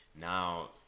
now